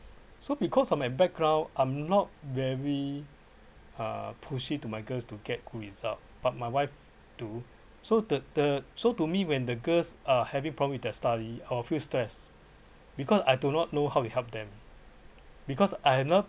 so because of my background I'm not very uh push it to my girls to get good result but my wife do so the the so to me when the girls are having problem with their study I will feel stress because I do not know how to help them because I